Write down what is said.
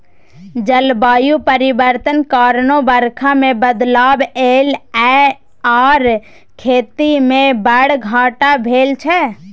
जलबायु परिवर्तन कारणेँ बरखा मे बदलाव एलय यै आर खेती मे बड़ घाटा भेल छै